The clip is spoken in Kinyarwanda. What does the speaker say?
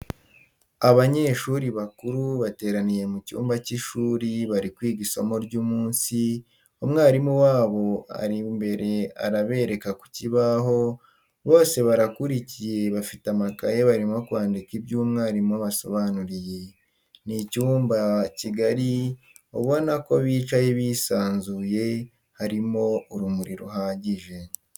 Abanyeshuri bakuru bateraniye mu cyumba cy'ishuri bari kwiga isomo ry'umunsi, umwalimu wabo ari imbere arabereka ku kibaho, bose barakurikiye bafite amakaye barimo kwandika ibyo umwalimu abasobanuriye. ni icyumba kigari ubona ko bicaye bisanzuye , harimo urumuri ruhagije.